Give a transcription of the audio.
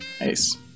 Nice